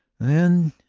then,